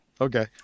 Okay